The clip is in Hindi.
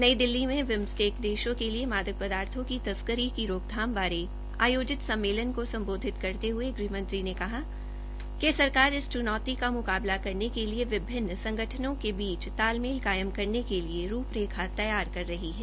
नई दिल्ली में बिम्सटेंक देशों के लिए मादक पदार्थों की तस्करी कर रोकथाम बारे आयोजित सम्मेलन को संबोधित करते हए गृह मंत्री ने कहा कि सरकार इस चुनौती का मुकाबला करने के लिए विभिन्न संगठनों के बीच तालमेल कायम करने के लिए रूपरेखा तैयार कर रही है